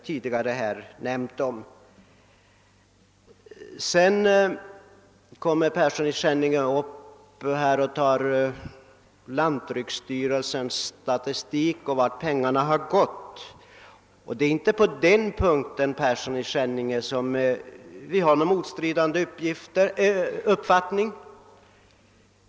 Herr Persson i Skänninge tog sedan upp lantbruksstyrelsens statistik om vart pengarna har gått men det är inte på den punkten vi har olika uppfattning.